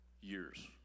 years